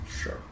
Sure